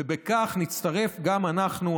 בכך נצטרף גם אנחנו,